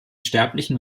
sterblichen